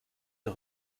der